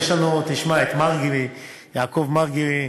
יש לנו, תשמע, את יעקב מרגי,